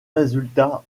résultats